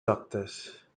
doctes